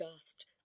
gasped